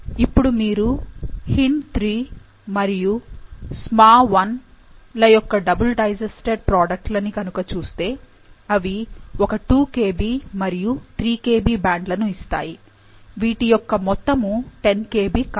ఇప్పుడు మీరు HindIII మరియు SmaI లయొక్క డబుల్ డైజెస్టడ్ ప్రాడక్ట్ లను కనుక చూస్తే అవి ఒక 2 Kb మరియు 3 kb బ్యాండ్ లను ఇస్తాయి వీటి యొక్క మొత్తము 10 kb కాదు